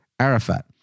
Arafat